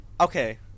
Okay